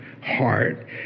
heart